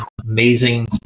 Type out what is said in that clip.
Amazing